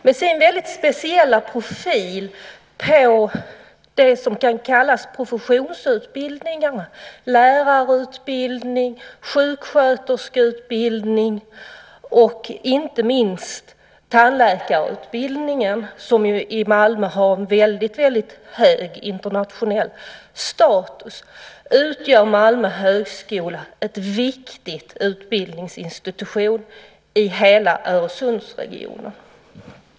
Med sin speciella profil på det som kan kallas professionsutbildningar, lärarutbildning, sjuksköterskeutbildning och inte minst tandläkarutbildningen, som i Malmö har hög internationell status, utgör Malmö högskola en viktig utbildningsinstitution i hela Öresundsregionen.